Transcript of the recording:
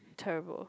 terrible